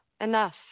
enough